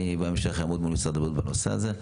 אני בהמשך אעמוד מול משרד הבריאות בנושא הזה.